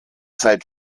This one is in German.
zeit